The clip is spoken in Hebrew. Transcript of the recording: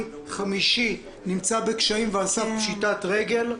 חמישי נמצא בקשיים ועל סף פשיטת רגל,